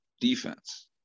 Defense